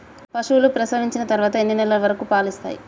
పశువులు ప్రసవించిన తర్వాత ఎన్ని నెలల వరకు పాలు ఇస్తాయి?